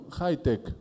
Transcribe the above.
high-tech